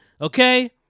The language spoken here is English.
Okay